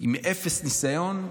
עם אפס ניסיון,